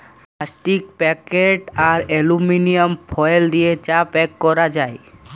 plastic packet আর aluminium foil দিয়ে চা প্যাক ক্যরা যায়